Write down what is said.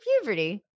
puberty